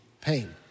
pain